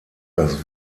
das